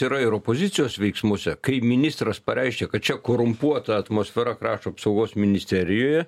tai yra ir opozicijos veiksmuose kai ministras pareiškė kad čia korumpuota atmosfera krašto apsaugos ministerijoje